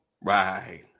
Right